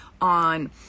on